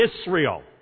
Israel